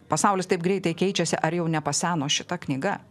pasaulis taip greitai keičiasi ar jau nepaseno šita knyga